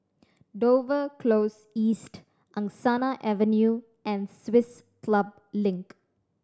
Dover Close East Angsana Avenue and Swiss Club Link